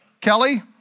Kelly